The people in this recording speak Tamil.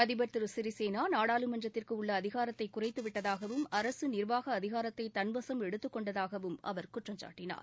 அதிபர் திரு சிறிசேனா நாடாளுமன்றத்திற்கு உள்ள அதிகாரத்தை குறைத்துவிட்டதாகவும் அரசு நிர்வாக அதிகாரத்தை தன்வசம் எடுத்துக் கொண்டதாகவும் அவர் குற்றம் சாட்டினார்